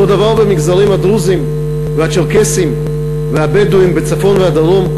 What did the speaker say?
אותו הדבר במגזרי הדרוזים והצ'רקסים והבדואים בצפון ובדרום.